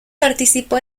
participó